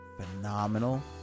phenomenal